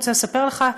אני רוצה לספר לך,